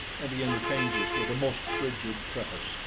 and he entertains us with a most frigid preface,